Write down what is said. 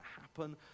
happen